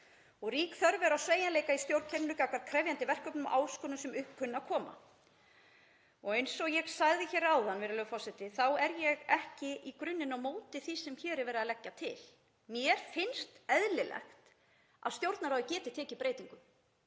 Rík þörf er á sveigjanleika í stjórnkerfinu gagnvart krefjandi verkefnum og áskorunum sem upp kunna að koma.“ Eins og ég sagði hér áðan, virðulegur forseti, þá er ég ekki í grunninn á móti því sem hér er verið að leggja til. Mér finnst eðlilegt að Stjórnarráðið geti tekið breytingum.